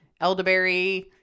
elderberry